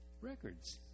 Records